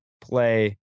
play